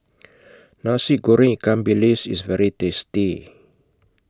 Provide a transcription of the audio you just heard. Nasi Goreng Ikan Bilis IS very tasty